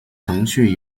程序